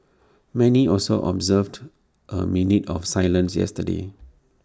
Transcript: many also observed A minute of silence yesterday